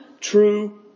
true